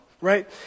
right